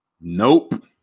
nope